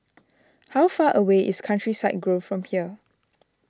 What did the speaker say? how far away is Countryside Grove from here